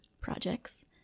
projects